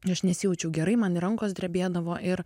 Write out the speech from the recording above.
aš nesijaučiau gerai man ir rankos drebėdavo ir